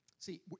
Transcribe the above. See